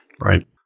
Right